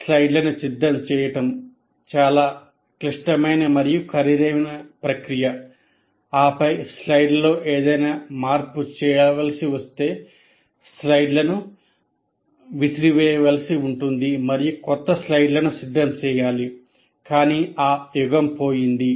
స్లైడ్లను సిద్ధం చేయడం చాలా క్లిష్టమైన మరియు ఖరీదైన ప్రక్రియ ఆపై స్లైడ్లో ఏదైనా మార్పు చేయవలసి వస్తే స్లైడ్ను విసిరివేయవలసి ఉంటుంది మరియు కొత్త స్లైడ్ను సిద్ధం చేయాలి కానీ ఆ యుగం పోయింది